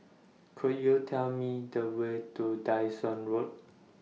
Could YOU Tell Me The Way to Dyson Road